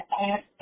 ask